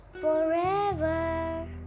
forever